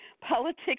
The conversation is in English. politics